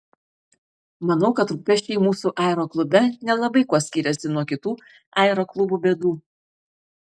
manau kad rūpesčiai mūsų aeroklube nelabai kuo skiriasi nuo kitų aeroklubų bėdų